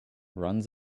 runs